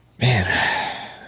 Man